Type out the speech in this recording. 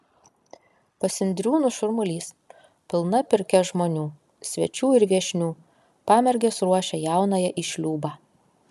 pas indriūnus šurmulys pilna pirkia žmonių svečių ir viešnių pamergės ruošia jaunąją į šliūbą